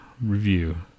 Review